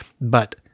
but-